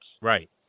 Right